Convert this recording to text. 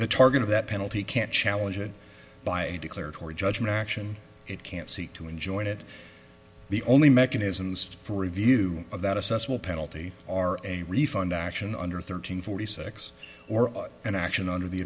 the target of that penalty can't challenge it by declaratory judgment action it can't seek to enjoin it the only mechanisms for review of that assess will penalty are a refund action under thirteen forty six or an action under the